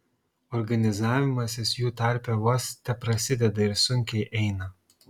organizavimasis jų tarpe vos teprasideda ir sunkiai eina